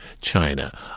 China